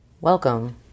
Welcome